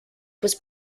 was